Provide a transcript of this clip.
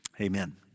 Amen